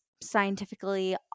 scientifically